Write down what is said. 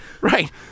right